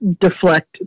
Deflect